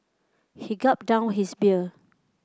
he gulped down his beer